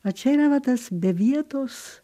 o čia yra va tas be vietos